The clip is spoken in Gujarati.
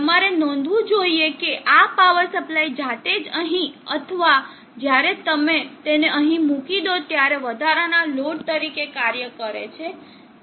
તમારે નોંધવું જોઈએ કે આ પાવર સપ્લાય જાતે જ અહીં અથવા જ્યારે તમે તેને અહીં મૂકી દો ત્યારે વધારાના લોડ તરીકે કાર્ય કરે છે